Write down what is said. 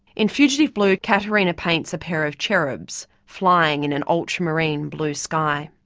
in fugitive blue, caterina paints a pair of cherubs flying in an ultramarine blue sky.